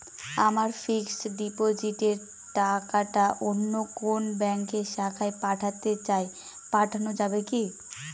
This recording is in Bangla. আমার ফিক্সট ডিপোজিটের টাকাটা অন্য কোন ব্যঙ্কের শাখায় পাঠাতে চাই পাঠানো যাবে কি?